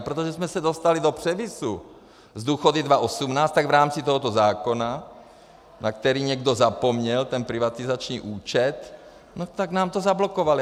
A protože jsme se dostali do převisu s důchody 2018, tak v rámci tohoto zákona, na který někdo zapomněl, ten privatizační účet, no tak nám to zablokovali.